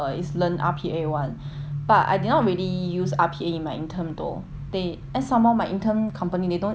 but I did not really use R_P_A in my intern though they then somemore my intern company they don't they don't even know it's R_P_A